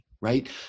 right